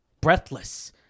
breathless